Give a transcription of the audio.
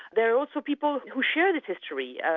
there are also people who share this history.